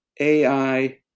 AI